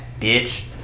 bitch